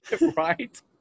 Right